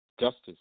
Justice